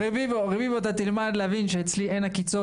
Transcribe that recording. רבובו, אתה תלמד להבין שאצלי אין עקיצות.